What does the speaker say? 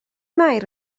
mair